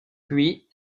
puis